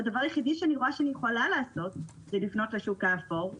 הדבר היחיד שאני רואה שאני יכולה לעשות זה לפנות לשוק האפור,